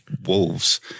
Wolves